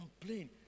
complain